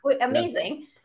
Amazing